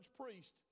priest